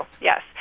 yes